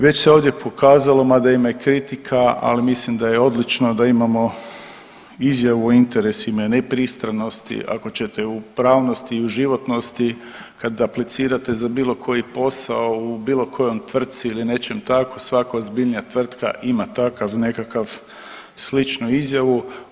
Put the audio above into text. Već se ovdje pokazalo, mada ima i kritika, ali mislim da je odlično da imamo izjavu u interesima i nepristranosti ako ćete u pravnosti i u životnosti kad aplicirate za bilo koji posao u bilo kojoj tvrtci ili nečem taku, svaka ozbiljnija tvrtka ima takav nekakav sličnu izjavu.